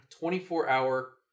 24-hour